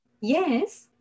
yes